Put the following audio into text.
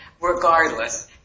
regardless